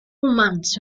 months